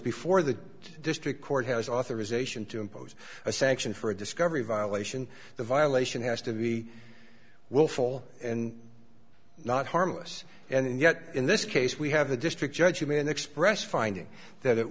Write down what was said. before the district court has authorization to impose a sanction for a discovery violation the violation has to be willful and not harmless and yet in this case we have a district judge a man expressed finding that it